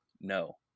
No